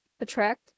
attract